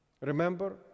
Remember